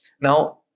Now